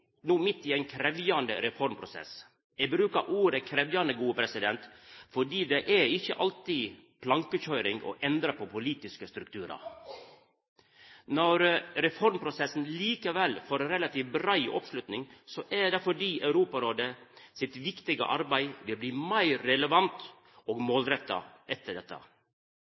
i ein krevjande reformprosess. Eg brukar ordet «krevjande», for det er ikkje alltid plankekøyring å endra på politiske strukturar. Når reformprosessen likevel får relativt brei oppslutning, er det fordi Europarådet sitt viktige arbeid vil bli meir relevant og målretta etter dette.